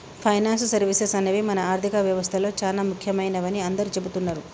finance services అనేవి మన ఆర్థిక వ్యవస్తలో చానా ముఖ్యమైనవని అందరూ చెబుతున్నరు